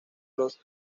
los